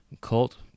cult